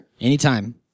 Anytime